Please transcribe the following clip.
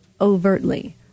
overtly